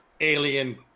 Alien